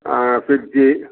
fridge